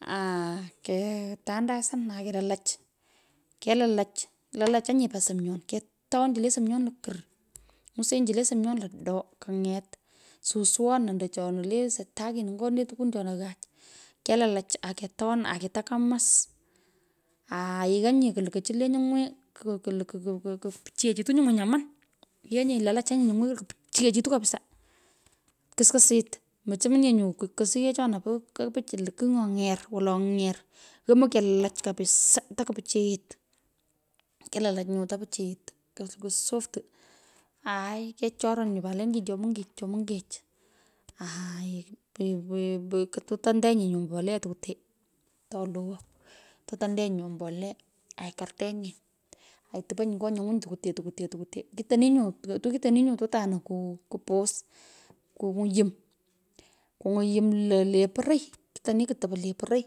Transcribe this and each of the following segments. Aketundasan. akelalach, kelalach, ilalachany, pa sumyon, ketoan chu le sumyon lokur. Nywusenyi chu le sumyon lodoo, suswon ando chona lee sitakin ngo nee tukwon chona chona, kelalach aketoan, aketoo kamas, aienyi kuloku chu le nyungwi, kupichiyochitu ny’ungwi nyoman, ianyi, latachunyi, nyungwi pichiyochitu kapsaa, kuskusit, mochomonye nyu kosoughechona po kopich lo kigh nyo any’er wolo ng’er. Yomoi kelalach kapisaa takupichiyit, kelalach nyu to pichiyit. Kuluwu soft, aai kechoran nyu pat laintin cho mungech aai ik katkatenyi mboleya tukwotee tolowo. Tutandenyi nyu mbolea aikartenyi, aitupanyi nyo nyongwiny tukwutee, tuxwutee, tukwutee. Kitoni nyu tutanu kupus, kunywu yum lo, le poroy kitoni kutopo le poroi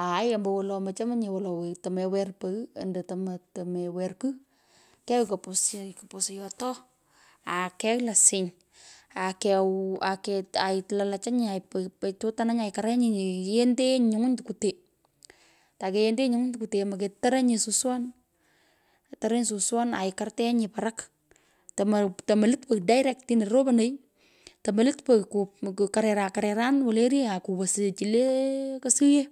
aaaii ombowolo mochomonye woloi, temewer pogh ando temewer kigh, kegh kupusu yotoo, akegh losiny, akewa, ailalachanyi, aitutananyi aikarenyi, ny’u iyenteeny nyungwiny tukwete, takeyenteenyi, nyunywiny tukwutee moketerenyinye suswon. itoronyi suswon aikerteenyi, parak, tomolut pogh direct atino roponoi, tomolut pogh kukarera kereran wolo ori akuwosu chu le kesughee.